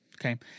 okay